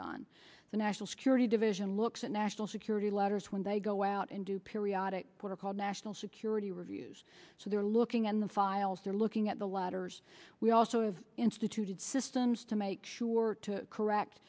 done the national security division looks at national security letters when they go out and do periodic what are called national security reviews so they're looking in the files they're looking at the letters we also have instituted systems to make sure to correct